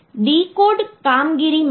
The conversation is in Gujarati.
તેથી આપણે એક ઉદાહરણ લઈશું